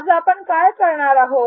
आज आपण काय करणार आहोत